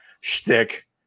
shtick